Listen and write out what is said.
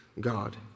God